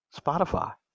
Spotify